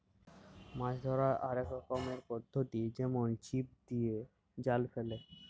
মাছ ধ্যরার অলেক রকমের পদ্ধতি যেমল ছিপ দিয়ে, জাল ফেলে